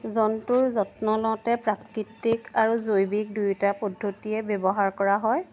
জন্তুৰ যত্ন লওঁতে প্ৰাকৃতিক আৰু জৈৱিক দুয়োটা পদ্ধতিয়ে ব্যৱহাৰ কৰা হয়